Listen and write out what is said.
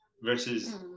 versus